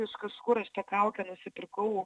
iš kažur aš tą kaukę nusipirkau